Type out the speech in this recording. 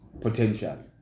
potential